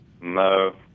No